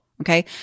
Okay